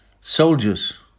Soldiers